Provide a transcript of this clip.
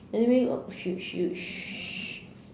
anyway uh should should sh~